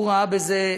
הוא ראה בזה,